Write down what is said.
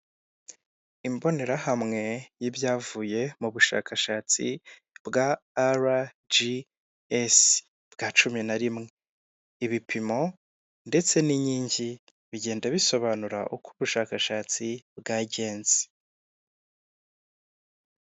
Imbonerahamwe y'ibyavuye mu bushakashatsi bwa RGS bwa cumi na rimwe, ibipimo ndetse n'inkingi bigenda bisobanura uko ubushakashatsi bwagenze.